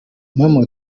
mpamo